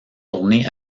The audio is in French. tournées